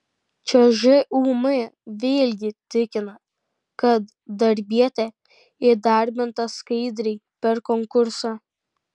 čia žūm vėlgi tikina kad darbietė įdarbinta skaidriai per konkursą